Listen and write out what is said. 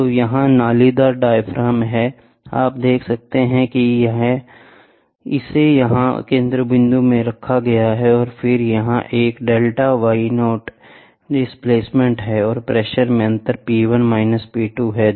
तो यहां नालीदार डायाफ्राम हैं आप देख सकते हैं कि इसे यहां केंद्रबिंदु में रखा गया है और फिर यह एक ∆yo डिस्प्लेसमेंट है और प्रेशर में अंतर P1 P2 है